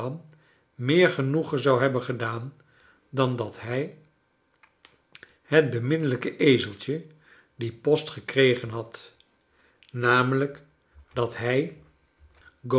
meer genoegen zou hebben gedaan dan dat hij het beminneiijke ezeltje dien post gekregen had n l dat hij